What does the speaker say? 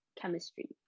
chemistry